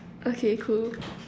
okay cool